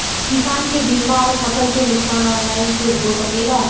किसान के बीमा अउर फसल के नुकसान ऑनलाइन से हो सकेला?